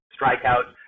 strikeouts